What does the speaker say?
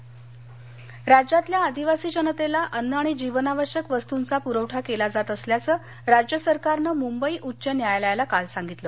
आदिवासी गरीब राज्यातल्या आदिवासी जनतेला अन्न आणि जीवनावश्यक वस्तूंचा पुरवठा केला जात असल्याचं राज्य सरकारनं मुंबई उच्च न्यायालयाला काल सांगितलं